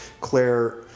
Claire